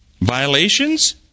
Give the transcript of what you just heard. Violations